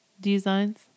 Designs